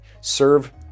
Serve